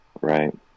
Right